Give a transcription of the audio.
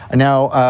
and now,